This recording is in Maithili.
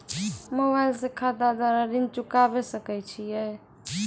मोबाइल से खाता द्वारा ऋण चुकाबै सकय छियै?